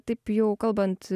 taip jau kalbant